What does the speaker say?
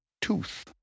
tooth